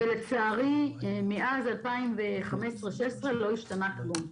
לצערי, מאז 2015-2016 לא השתנה כלום.